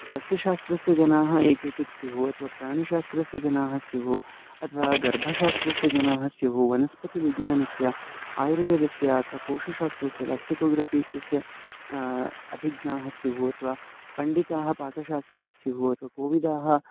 सस्यशास्त्रस्य जनाः ये केचित् स्युः अथवा प्राणिशास्त्रस्य जनाः स्युः अथवा गर्भशास्त्रस्य जनाः स्युः वनस्पतिविज्ञानस्य आयुर्वेदस्य अथवा कोशशास्त्रस्य लेक्सिकोग्रफ़ि इत्यस्य अभिज्ञाः स्युः अथवा पण्डिताः पाकशास्त्रे स्युः अथवा कोविदाः